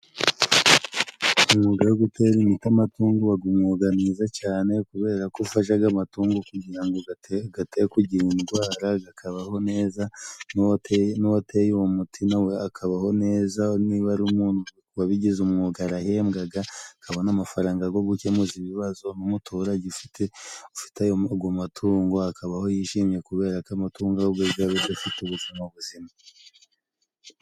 Umwuga wo gutera imiti amatungo ubaga umwuga mwiza cane, kubera ko ufashaga amatungu kugira ngo gate kugira indwara gakabaho neza, n'uwateye uwo muti na we akabaho neza niba ari umuntu wabigize umwuga arahembwaga akabona amafaranga go gukemuza ibibazo, n'umuturage ufite ago matungo akabaho yishimye, kubera ko amatungo aho gari gaba gafite ubuzima buzima.